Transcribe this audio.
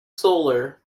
solar